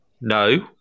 no